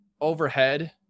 overhead